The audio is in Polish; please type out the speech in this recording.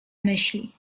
myśli